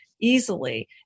easily